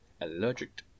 allergic